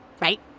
Right